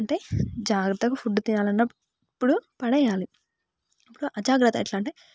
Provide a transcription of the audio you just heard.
అంటే జాగ్రత్తగా ఫుడ్ తినాలి అన్నప్పుడు పడేయాలి ఇప్పుడు అజాగ్రత్త ఎట్లంటే